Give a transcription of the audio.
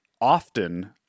often